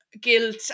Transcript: guilt